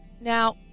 Now